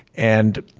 and